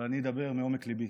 אבל אני אדבר מעומק ליבי.